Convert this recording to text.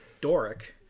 Doric